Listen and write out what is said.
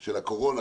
של הקורונה,